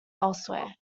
elsewhere